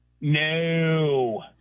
No